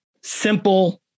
simple